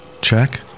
Check